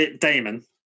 Damon